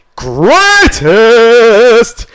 greatest